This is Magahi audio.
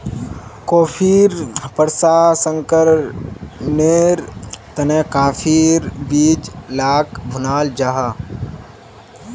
कॉफ़ीर प्रशंकरनेर तने काफिर बीज लाक भुनाल जाहा